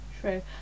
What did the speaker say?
true